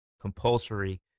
compulsory